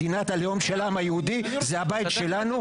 מדינת הלאום של העם היהודי זה הבית שלנו,